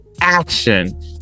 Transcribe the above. action